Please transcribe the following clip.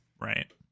Right